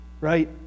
right